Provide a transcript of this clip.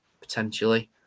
potentially